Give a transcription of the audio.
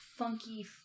Funky